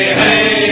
hey